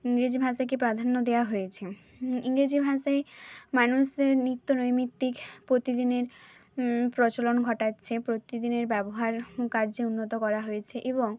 ইংরেজি ভাষাকে প্রাধান্য দেওয়া হয়েছে ইংরেজি ভাষায় মানুষের নিত্যনৈমিত্তিক পোতিদিনের প্রচলন ঘটাচ্ছে প্রতিদিনের ব্যবহার কার্যে উন্নত করা হয়েছে এবং